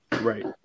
Right